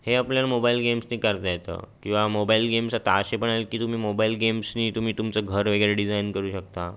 हे आपल्याला मोबाईल गेम्सनी करता येतं किंवा मोबाईल गेम्स आता असे पण आले आहेत की तुम्ही मोबाईल गेम्सनी तुम्ही तुमचं घर वगैरे डिजाईन करू शकता